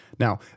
Now